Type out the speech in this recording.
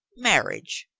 marriage,